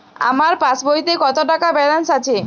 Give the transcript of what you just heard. আমার পাসবইতে কত টাকা ব্যালান্স আছে?